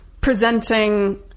presenting